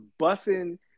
bussing